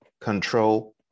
control